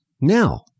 Now